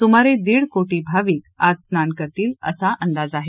सुमारे दीड कोर्टीभाविक आज स्नान करतील असा अंदाज आहे